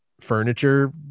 furniture